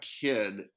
kid